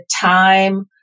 time